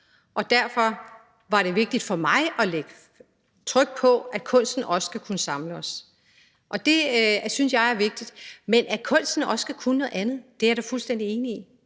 Derfor var det vigtigt for mig at lægge vægt på, at kunsten også skal kunne samle os. Det synes jeg er vigtigt. Men at kunsten også skal kunne noget andet, er jeg da fuldstændig enig i.